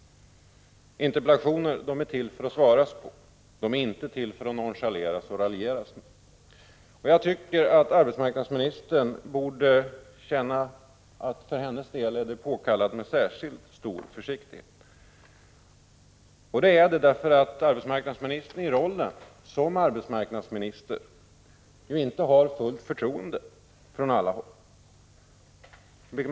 Interpellationer är till för att svaras på, inte för att nonchaleras och raljeras med. Jag tycker att arbetsmarknadsministern borde känna att det för hennes del är påkallat med särskilt stor försiktighet. Det är det därför att Anna-Greta Leijon i rollen som arbetsmarknadsminister ju inte har fullt förtroende från alla håll.